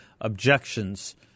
objections